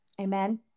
Amen